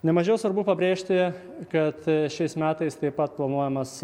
nemažiau svarbu pabrėžti kad šiais metais taip pat planuojamas